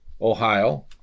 Ohio